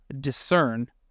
discern